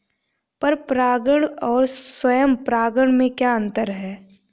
पर परागण और स्वयं परागण में क्या अंतर है?